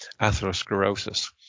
atherosclerosis